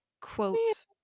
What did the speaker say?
quotes